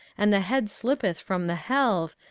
and the head slippeth from the helve,